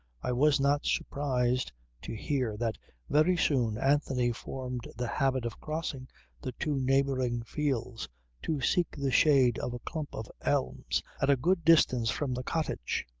i was not surprised to hear that very soon anthony formed the habit of crossing the two neighbouring fields to seek the shade of a clump of elms at a good distance from the cottage.